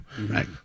Right